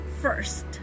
First